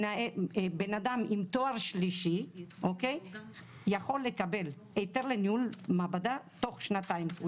בן אדם עם תואר שלישי יכול לקבל היתר לניהול מעבדה תוך שנתיים.